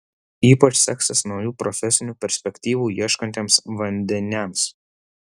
ypač seksis naujų profesinių perspektyvų ieškantiems vandeniams